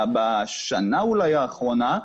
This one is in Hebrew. אולי בשנה האחרונה,